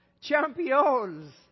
champions